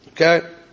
Okay